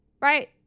right